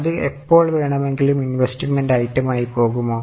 അത് എപ്പോൾ വേണമെങ്കിലും ഇൻവെസ്റ്റ്മെന്റ് ഐറ്റം ആയി പോകുമോ